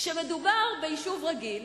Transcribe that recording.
כשמדובר ביישוב רגיל,